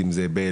אם זה באילת,